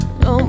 no